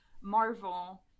marvel